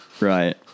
right